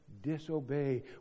disobey